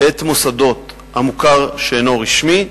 את מוסדות המוכר שאינו רשמי,